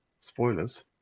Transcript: Spoilers